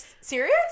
serious